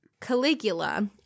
Caligula